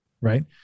Right